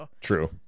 True